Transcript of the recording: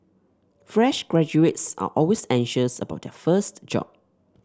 fresh graduates are always anxious about their first job